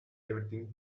everything